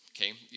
okay